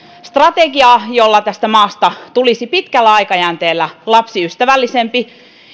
strate giaa jolla tästä maasta tulisi pitkällä aikajänteellä lapsiystävällisempi